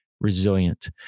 resilient